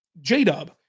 J-Dub